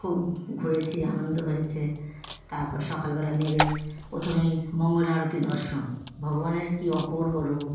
খুব ঘুরেছি আনন্দ হয়েছে তারপর সকালবেলা নেমে প্রথমেই মঙ্গল আরতি দর্শন ভগবানের কী অপূর্ব রূপ